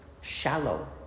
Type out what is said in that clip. shallow